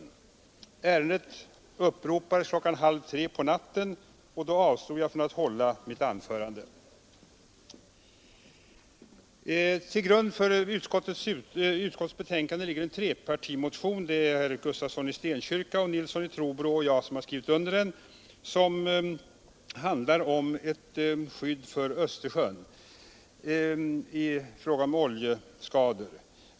Ärendet uppropades klockan halv tre på natten, och då avstod jag från att hålla mitt anförande. Till grund för utskottets betänkande ligger en trepartimotion, underskriven av herrar Gustafsson i Stenkyrka, Nilsson i Trobro och mig. Motionens syfte är att få till stånd förbud mot utsläpp av olja från fartyg i Östersjön.